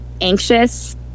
anxious